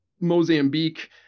mozambique